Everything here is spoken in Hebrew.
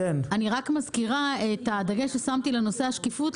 אני רק מזכירה את הדגש ששמתי לנושא השקיפות,